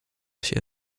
się